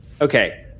Okay